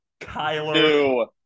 Kyler